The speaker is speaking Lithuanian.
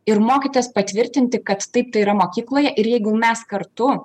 ir mokytojas patvirtinti kad taip tai yra mokykloje ir jeigu mes kartu